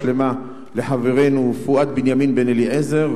שלמה לחברנו פואד בנימין בן-אליעזר,